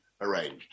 arranged